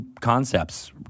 concepts